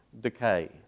decay